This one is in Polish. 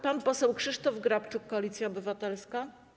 Pan poseł Krzysztof Grabczuk, Koalicja Obywatelska.